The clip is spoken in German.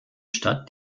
stadt